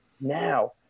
now